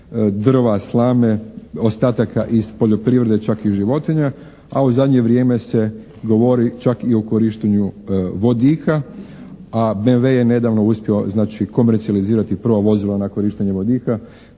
drva, slame, ostataka iz poljoprivrede čak i životinja, a u zadnje vrijeme se govori čak i o korištenju vodika. A BMW je nedavno uspio znači komercijalizirati prva vozila na korištenje vodika